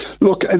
Look